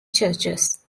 churches